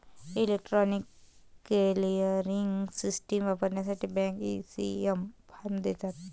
electronic clearing system वापरण्यासाठी bank, ECS form देतात